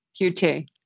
QT